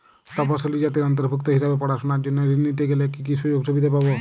তফসিলি জাতির অন্তর্ভুক্ত হিসাবে পড়াশুনার জন্য ঋণ নিতে গেলে কী কী সুযোগ সুবিধে পাব?